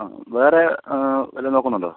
ആ വേറെ വല്ലതും നോക്കുന്നുണ്ടോ